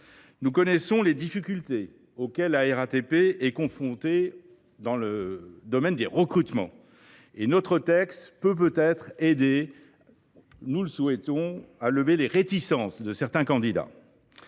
Nous connaissons les difficultés auxquelles la RATP est confrontée au sujet des recrutements, et notre texte peut aider – nous le souhaitons – à lever les réticences de certains candidats.